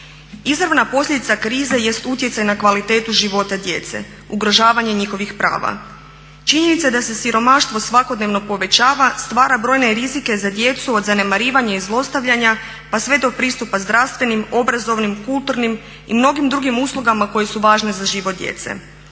Izravna posljedica krize jest utjecaj na kvalitetu života djece, ugrožavanja njihovih prava. Činjenica je da se siromaštvo svakodnevno povećava stvarna brojne rizike za djecu od zanemarivanja i zlostavljanja pa sve do pristupa zdravstvenim, obrazovnim, kulturnim i mnogim drugim uslugama koje su važne za život djece.